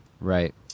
Right